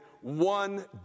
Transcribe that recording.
one